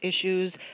issues